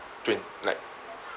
twen~ like